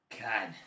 God